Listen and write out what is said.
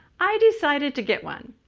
i decided to get one.